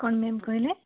କ'ଣ ମ୍ୟାମ୍ କହିଲେ